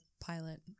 pilot